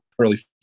early